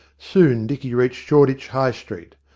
soon dicky reached shoreditch high street.